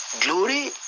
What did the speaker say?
Glory